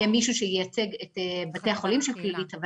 יהיה מישהו שייצג את בתי החולים של כללית.